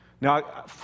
now